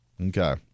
Okay